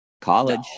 College